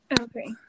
Okay